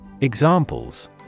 Examples